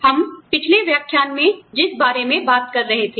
हम पिछले व्याख्यान में जिस बारे में बात कर रहे थे